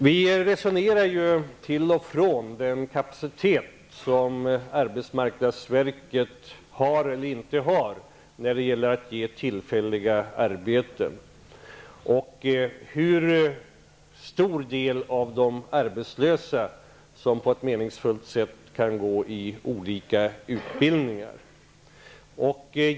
Vi resonerar ju till och från om den kapacitet som arbetsmarknadsverket har eller inte har när det gäller att ge tillfälliga arbeten och om hur stor del av de arbetslösa som på ett meningsfullt sätt kan gå i olika utbildningar.